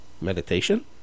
meditation